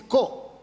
Tko?